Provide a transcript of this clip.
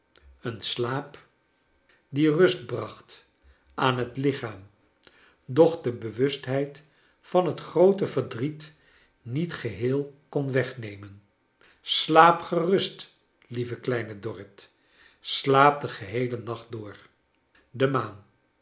een slaap die rust bracht aan liet lichaam doch de bewustheid van het groote verdriet niet geheel kon wegnemen slaap gerust lieve kleine dorrit slaap den geheelen nacht door de maan